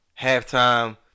Halftime